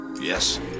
Yes